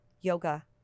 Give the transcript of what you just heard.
yoga